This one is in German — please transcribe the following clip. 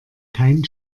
kein